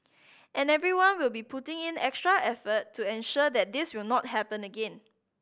and everyone will be putting in extra effort to ensure that this will not happen again